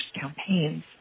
campaigns